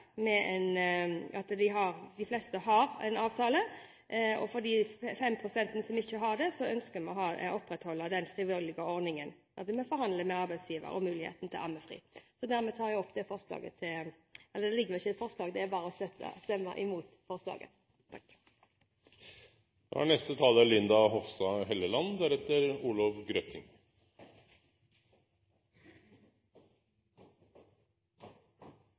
med at de fleste har en avtale. For de 5 pst.-ene som ikke har det, ønsker vi å opprettholde den frivillige ordningen – at vi forhandler med arbeidsgiver om muligheten til ammefri. Fremskrittspartiet ønsker dermed å stemme imot innstillingens forslag til vedtak. Amming er